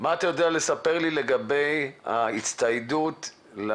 מה אתה יודע לספר לי לגבי ההצטיידות של